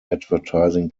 advertising